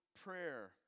prayer